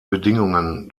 bedingungen